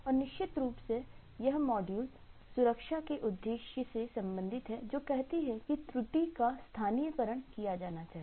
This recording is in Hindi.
और निश्चित रूप से यह मॉड्यूलर सुरक्षा के उद्देश्य से संबंधित है जो कहती है कि त्रुटि को स्थानीयकरण किया जाना चाहिए